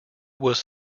was